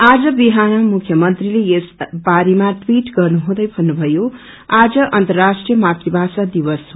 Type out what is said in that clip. आज बिहान मुख्यमंत्रीले यस बारेमा टवीट गर्नुहुँदै भन्नुषयो आज अर्न्तराष्ट्रिय मातृभाषा दिवस हो